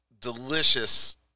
delicious